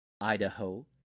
Idaho